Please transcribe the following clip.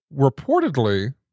reportedly